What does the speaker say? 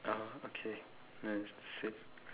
oh okay then same